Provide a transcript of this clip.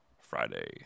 Friday